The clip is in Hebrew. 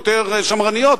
יותר שמרניות,